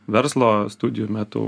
verslo studijų metu